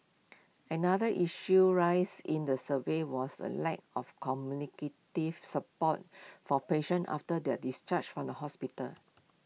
another issue raised in the survey was the lack of communicative support for patients after their discharge from the hospital